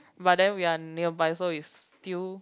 but then we are nearby so is still